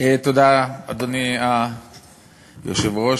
אדוני היושב-ראש,